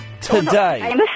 today